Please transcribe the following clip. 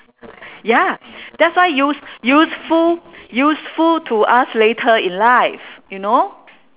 ya that's why use~ useful useful to us later in life you know